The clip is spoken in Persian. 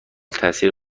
تأثیر